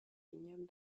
vignobles